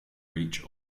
reach